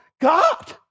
God